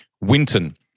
Winton